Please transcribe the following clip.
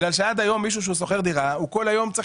בגלל שעד היום מישהו שהוא שוכר דירה הוא כל היום צריך